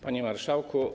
Panie Marszałku!